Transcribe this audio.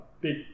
big